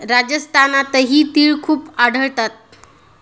राजस्थानातही तिळ खूप आढळतात